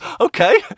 okay